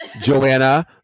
Joanna